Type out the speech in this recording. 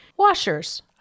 washers